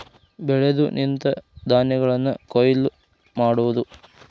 ಬೆಳೆದು ನಿಂತ ಧಾನ್ಯಗಳನ್ನ ಕೊಯ್ಲ ಮಾಡುದು